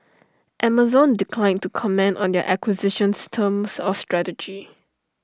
Amazon declined to comment on the acquisition's terms or strategy